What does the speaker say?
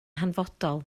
hanfodol